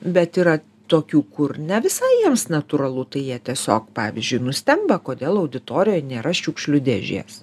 bet yra tokių kur ne visai jiems natūralu tai jie tiesiog pavyzdžiui nustemba kodėl auditorijo nėra šiukšlių dėžės